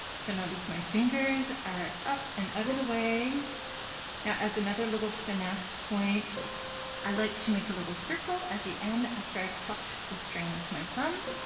so notice my fingers are up and out of the way now as another little finesse point i like to make a little circle at the end after i've plucked the string with my thumb.